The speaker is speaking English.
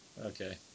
Okay